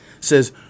says